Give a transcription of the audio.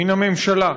מהממשלה,